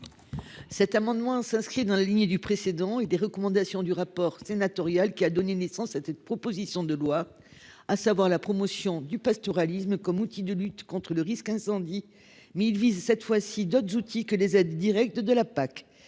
Cet amendement s'inscrit dans la lignée du précédent et des recommandations du rapport sénatorial qui a donné naissance c'était de proposition de loi, à savoir la promotion du pastoralisme comme outil de lutte contre le risque incendie 1000 vise cette fois-ci, d'autres outils que les aides directes de la PAC.